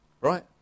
Right